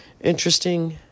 interesting